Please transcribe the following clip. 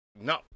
no